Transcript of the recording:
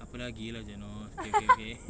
apa lagi lah janaz okay okay okay